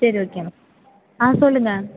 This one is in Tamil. சரி ஓகே மேடம் சொல்லுங்க